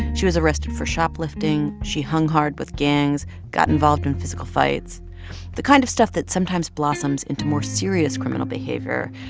she was arrested for shoplifting, she hung hard with gangs, got involved in physical fights the kind of stuff that sometimes blossoms into more serious criminal behavior.